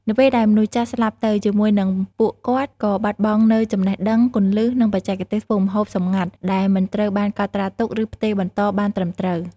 នៅពេលដែលមនុស្សចាស់ស្លាប់ទៅ ជាមួយនឹងពួកគាត់ក៏បាត់បង់នូវចំណេះដឹង គន្លឹះ និងបច្ចេកទេសធ្វើម្ហូបសម្ងាត់ ដែលមិនត្រូវបានកត់ត្រាទុក ឬផ្ទេរបន្តបានត្រឹមត្រូវ។